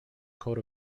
coat